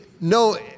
no